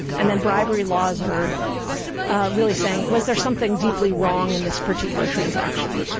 and then bribery laws are really saying, was there something deeply wrong in this particular transaction.